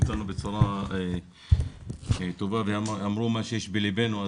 אותנו בצורה טובה ואמרו מה שיש בלבנו.